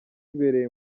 ibereye